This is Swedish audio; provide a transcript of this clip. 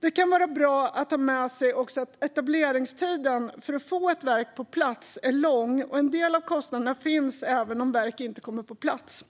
Det kan även vara bra att ha med sig att etableringstiden för att få ett verk på plats är lång och att en del av kostnaderna finns även om verket inte kommer på plats.